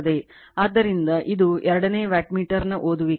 ಆದ್ದರಿಂದ ಇದು ಎರಡನೇ ವ್ಯಾಟ್ಮೀಟರ್ನ ಓದುವಿಕೆ